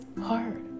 hard